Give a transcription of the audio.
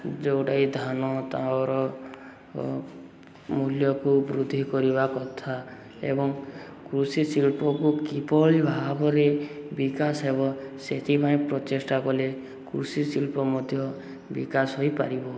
ଯେଉଁଟାକି ଧାନ ତାର ମୂଲ୍ୟକୁ ବୃଦ୍ଧି କରିବା କଥା ଏବଂ କୃଷି ଶିଳ୍ପକୁ କିଭଳି ଭାବରେ ବିକାଶ ହେବ ସେଥିପାଇଁ ପ୍ରଚେଷ୍ଟା କଲେ କୃଷିଶିଳ୍ପ ମଧ୍ୟ ବିକାଶ ହୋଇପାରିବ